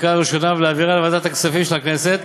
בקריאה ראשונה ולהעבירה לוועדת הכספים של הכנסת